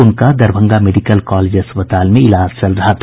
उनका Darbhanga medical college अस्पताल में इलाज चल रहा था